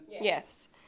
Yes